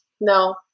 No